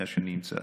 מאז שאני נמצא.